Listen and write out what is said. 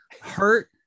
hurt